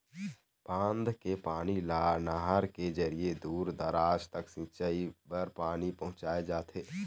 बांध के पानी ल नहर के जरिए दूर दूराज तक सिंचई बर पानी पहुंचाए जाथे